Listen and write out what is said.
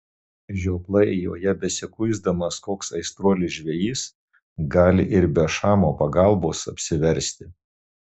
žioplai joje besikuisdamas koks aistruolis žvejys gali ir be šamo pagalbos apsiversti